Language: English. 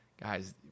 guys